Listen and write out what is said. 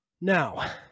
now